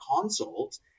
consult